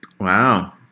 Wow